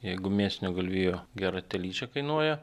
jeigu mėsinio galvijo gera telyčia kainuoja